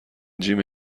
جیم